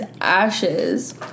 ashes